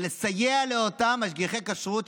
ולסייע לאותם משגיחי כשרות,